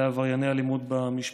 לעברייני אלימות במשפחה.